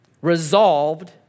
resolved